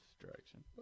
direction